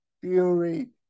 Fury